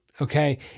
okay